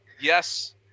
yes